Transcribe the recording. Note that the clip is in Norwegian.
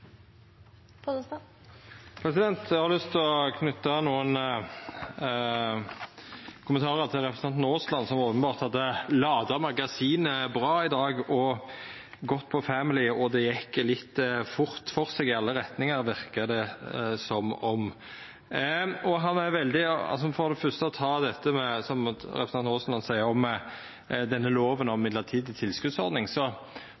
dag. Eg har lyst til å knyta nokre kommentarar til representanten Aasland, som openbert hadde lada magasinet bra i dag og gått for «family», og det gjekk litt fort for seg i alle retningar, verka det som. La meg for det fyrste ta dette som representanten Aasland seier om